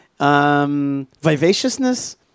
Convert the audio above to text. Vivaciousness